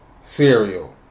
cereal